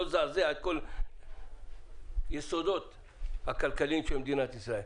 לא לזעזע את כל היסודות הכלכליים של מדינת ישראל.